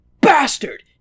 bastard